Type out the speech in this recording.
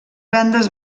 vendes